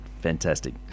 Fantastic